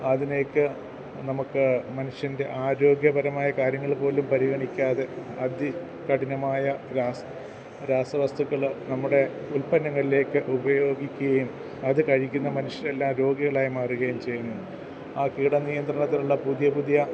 അതിനെയൊക്കെ നമുക്ക് മനുഷ്യൻ്റെ ആരോഗ്യപരമായ കാര്യങ്ങൾ പോ ലും പരിഗണിക്കാതെ അതികഠിനമായ രാസ് രാസ വസ്തുക്കള് നമ്മുടെ ഉൽപ്പന്നങ്ങളിലേക്ക് ഉപയോഗിക്കുകയും അത് കഴിക്കുന്ന മനുഷ്യരെല്ലാം രോഗികളായി മാറുകയും ചെയ്യുന്നു ആ കീടനിയന്ത്രണത്തിനുള്ള പുതിയ പുതിയ